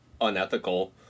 unethical